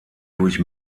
durch